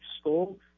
school